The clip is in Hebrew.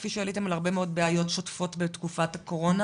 כפי שעליתם על הרבה מאוד בעיות שוטפות בתקופת הקורונה